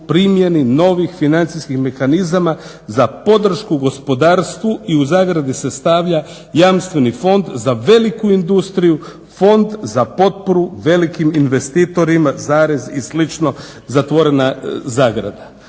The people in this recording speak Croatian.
primjenu novih financijskih mehanizama za podršku gospodarstvu (jamstveni fond za veliku industriju, fond za potporu velikim investitorima, i sl.). Međutim, ja